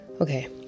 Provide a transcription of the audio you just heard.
Okay